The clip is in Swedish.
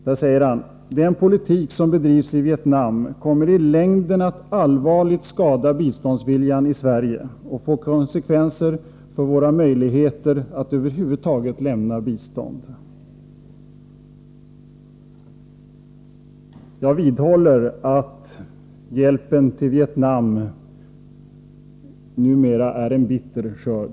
Han sade då: ”Den politik som bedrivs i Vietnam kommer i längden att allvarligt skada biståndsviljan i Sverige och få konsekvenser för våra möjligheter att över huvud taget lämna bistånd.” Jag vidhåller att resultatet av hjälpen till Vietnam numera är en bitter skörd.